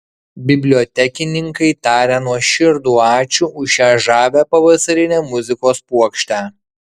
bibliotekininkai taria nuoširdų ačiū už šią žavią pavasarinę muzikos puokštę